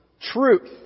truth